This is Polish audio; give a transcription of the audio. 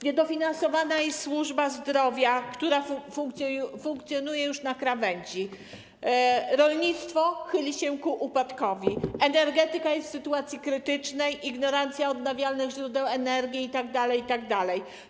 Niedofinansowana jest służba zdrowia, która funkcjonuje już na krawędzi, rolnictwo chyli się ku upadkowi, energetyka jest w sytuacji krytycznej, ignorancja co do odnawialnych źródeł energii itd., itd.